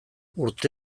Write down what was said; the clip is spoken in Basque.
urte